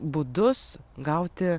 būdus gauti